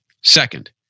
Second